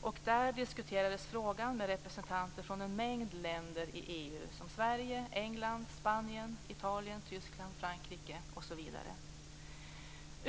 och där diskuterades frågan med representanter för en mängd länder i EU - Sverige, England, Spanien, Italien, Tyskland, Frankrike osv.